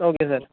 okay sir